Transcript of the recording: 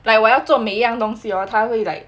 like 我要做每样东西 hor 他会 like